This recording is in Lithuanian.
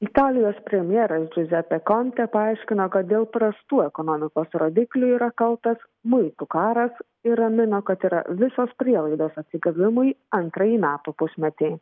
italijos premjeras džiuzepė kontė paaiškino kad dėl prastų ekonomikos rodiklių yra kaltas muitų karas ir ramino kad yra visos prielaidos atsigavimui antrąjį metų pusmetį